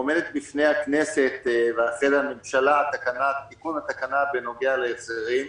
עומד בפני הכנסת והממשלה תיקון תקנה בנוגע להחזרים.